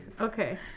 Okay